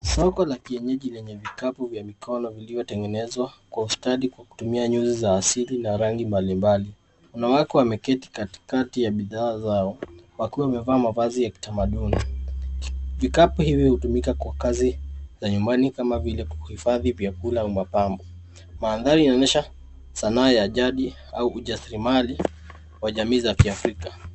Soko la kienyeji lenye vikapu vya mikono vilivyotengenezwa kwa ustadhi kwa kutumia nyuzi za asili na rangi mbalimbali. Wanawake wameketi katikati ya bidhaa zao, wakiwa wamevaa mavazi ya kitamaduni. Vikapu hivi hutumika kwa kazi za nyumbani kama vile kuhifadhi vyakula na mapambo. Mandhari yanaonyesha sanaa ya jadi au ujasirimali wa jamii za kiafrika.